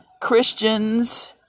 Christians